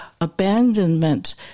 abandonment